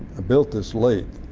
built this lake